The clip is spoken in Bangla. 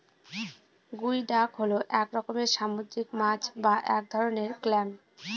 গুই ডাক হল এক রকমের সামুদ্রিক মাছ বা এক ধরনের ক্ল্যাম